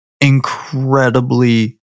Incredibly